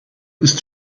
ist